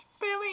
Billy